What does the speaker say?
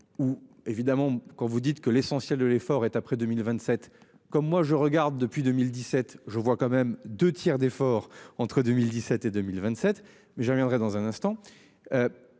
ou évidemment quand vous dites que l'essentiel de l'effort est après 2027 comme moi je regarde depuis 2017 je vois quand même 2 tiers d'efforts entre 2017 et 2027. Mais je reviendrai dans un instant.